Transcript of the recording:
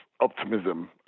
optimism